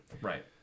Right